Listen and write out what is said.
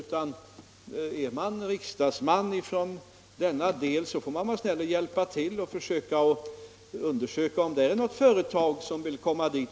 Den som är riksdagsman från den aktuella delen av landet får också hjälpa till genom att försöka ta reda på om det finns några företag som vill komma dit.